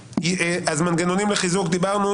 מנגנונים לחיזוק דיברנו.